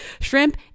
shrimp